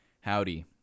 Howdy